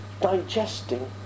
digesting